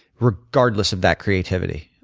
regardless of that creativity.